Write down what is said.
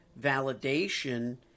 validation